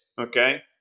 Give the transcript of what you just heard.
okay